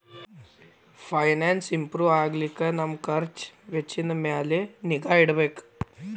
finance improve ಆಗ್ಲಿಕ್ಕೆ ನಮ್ ಖರ್ಛ್ ವೆಚ್ಚಿನ್ ಮ್ಯಾಲೆ ನಿಗಾ ಇಡ್ಬೆಕ್